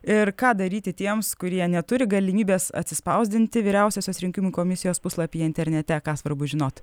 ir ką daryti tiems kurie neturi galimybės atsispausdinti vyriausiosios rinkimų komisijos puslapyje internete ką svarbu žinoti